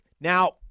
Now